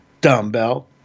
Dumbbell